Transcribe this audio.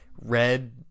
red